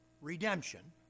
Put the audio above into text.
redemption